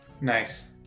Nice